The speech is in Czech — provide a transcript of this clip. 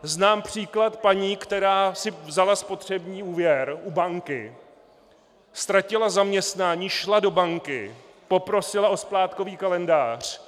Znám příklad paní, která si vzala spotřební úvěr u banky, ztratila zaměstnání, šla do banky, poprosila o splátkový kalendář.